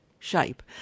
shape